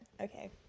okay